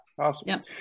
Awesome